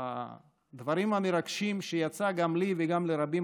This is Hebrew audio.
יש דברים מרגשים שיצא גם לי וגם לרבים